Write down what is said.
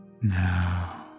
now